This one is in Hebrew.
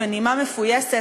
בנימה מפויסת,